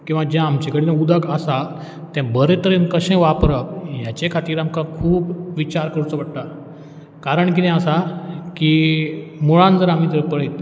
किंवां जें आमचें कडेन उदक आसा तें बरें तरेन कशें वापरप हेच्या खातीर आमकां खूब विचार करचो पडटा कारण कितें आसा की गोंयान जर आमी जर पळयत